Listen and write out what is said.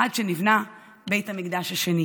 עד שנבנה בית המקדש השני.